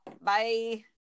bye